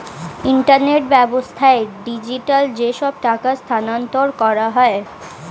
internet ব্যাবস্থায় digitally যেসব টাকা স্থানান্তর করা হয়